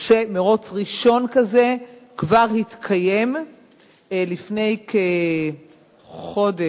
שמירוץ ראשון כזה כבר התקיים לפני כחודש,